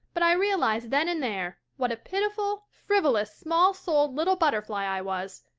but i realized then and there what a pitiful, frivolous, small-souled little butterfly i was,